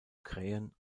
krähen